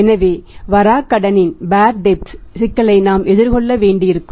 எனவே bad debt சிக்கலை நாம் எதிர்கொள்ள வேண்டியிருக்கும்